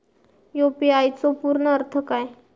UPI चो पूर्ण अर्थ काय?